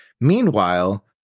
Meanwhile